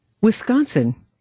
Wisconsin